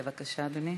בבקשה, אדוני.